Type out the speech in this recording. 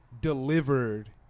delivered